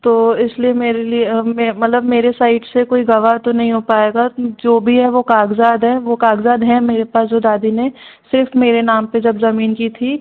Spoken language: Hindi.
तो इसलिए मेरे लिए मैं मतलब मेरे साइड से कोई गवाह तो नहीं हो पाएगा जो भी है वो कागज़ाद हैं वो कागज़ाद हैं मेरे पास जो दादी ने सिर्फ मेरे नाम पे जब ज़मीन की थी